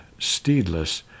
steedless